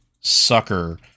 sucker